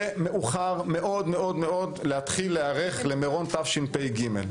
זה מאוחר מאוד כדי להתחיל להיערך למירון תשפ"ג.